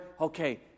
Okay